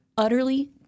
Utterly